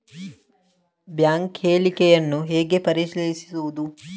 Bank ಹೇಳಿಕೆಯನ್ನು ಹೇಗೆ ಪರಿಶೀಲಿಸುವುದು?